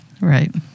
Right